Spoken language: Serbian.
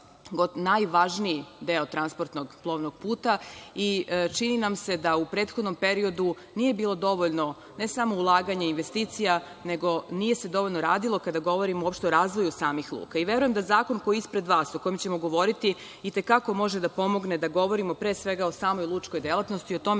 najvažniji deo transportnog plovnog puta i čini nam se da u prethodnom periodu nije bilo dovoljno ne samo ulaganja i investicija, nego nije se dovoljno radilo kada govorimo uopšte o razvoju samih luka. Verujem da zakon koji je ispred vas, o kojem ćemo govoriti, itekako može da pomogne da govorimo pre svega o samoj lučkoj delatnosti, o tome